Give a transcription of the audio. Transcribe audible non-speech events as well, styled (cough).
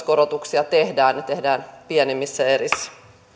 (unintelligible) korotuksia tehdään ne tehdään pienemmissä erissä